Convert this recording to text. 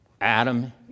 Adam